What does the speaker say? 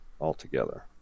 altogether